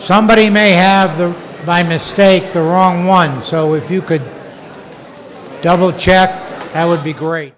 somebody may have the by mistake the wrong one so if you could double check that would be great